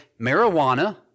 marijuana